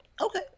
Okay